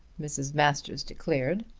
mrs. masters declared.